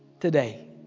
today